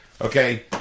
Okay